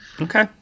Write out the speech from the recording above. Okay